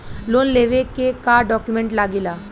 Loan लेवे के का डॉक्यूमेंट लागेला?